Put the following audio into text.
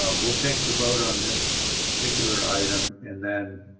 ah we'll take the vote on this particular item and then